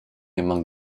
among